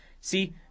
See